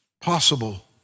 possible